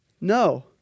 No